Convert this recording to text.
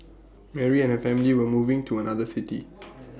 Mary and her family were moving to another city